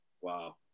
Wow